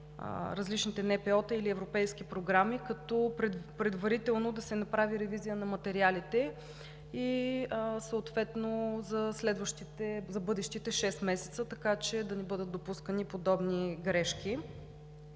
различните НПО-та или европейски програми, като предварително да се направи ревизия на материалите и съответно за бъдещите шест месеца, така че да не бъдат допускани подобни грешки.